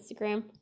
instagram